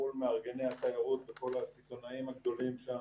מול מארגני התיירות וכל הסיטונאים הגדולים שם,